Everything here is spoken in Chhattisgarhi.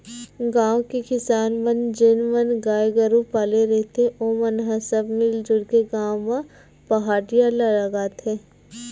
गाँव के किसान मन जेन मन गाय गरु पाले रहिथे ओमन ह सब मिलजुल के गाँव म पहाटिया ल लगाथे